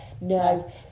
No